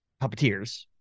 Puppeteers